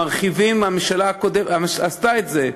מרחיבים, הממשלה הקודמת עשתה את זה: